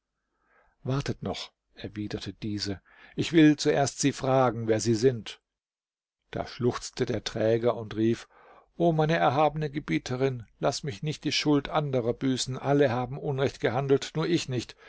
wartet noch erwiderte diese ich will zuerst sie fragen wer sie sind da schluchzte der träger und rief o meine erhabene gebieterin laß mich nicht die schuld anderer büßen alle haben unrecht gehandelt nur ich nicht